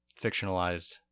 fictionalized